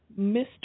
mr